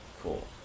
Cool